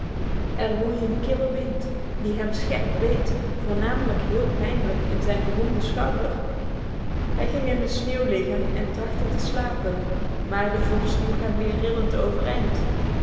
er woei een kille wind die hem scherp beet voornamelijk heel pijnlijk in zijn gewonde schouder hij ging in de sneeuw liggen en trachtte te slapen maar de vorst joeg hem weer rillend overeind